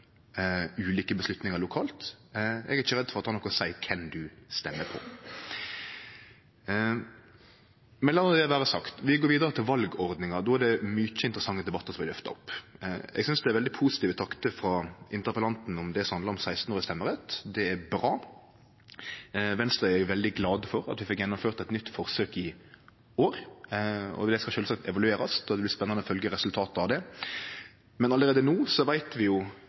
at det har noko å seie kven ein stemmer på. Men la no det vere sagt – vi går vidare til valordninga, og då er det mange interessante debattar som blir løfta opp. Eg synest det er veldig positive takter frå interpellanten om det som handlar om stemmerett for 16-åringar. Det er bra. Venstre er veldig glad for at vi fekk gjennomført eit nytt forsøk i år. Det skal sjølvsagt evaluerast, og det blir spennande å følgje resultatet av det. Men alt no veit vi